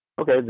Okay